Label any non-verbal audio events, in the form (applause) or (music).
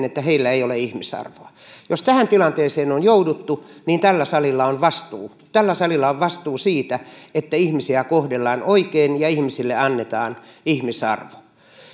(unintelligible) että heillä ei ole ihmisarvoa jos tähän tilanteeseen on jouduttu niin tällä salilla on vastuu tällä salilla on vastuu siitä että ihmisiä kohdellaan oikein ja ihmisille annetaan ihmisarvo